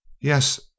Yes